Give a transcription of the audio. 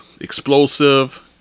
Explosive